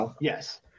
Yes